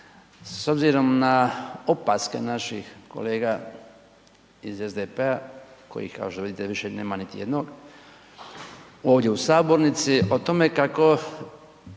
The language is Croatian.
s obzirom na opaske naših kolega iz SDP-a koji kažu vidite a vidite više nema niti jednog ovdje u sabornici o tome kako